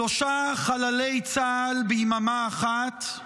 שלושה חללי צה"ל ביממה אחת,